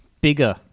Bigger